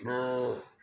অ